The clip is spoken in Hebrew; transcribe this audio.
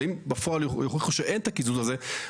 אבל אם בפועל אין את הקיזוז הזה,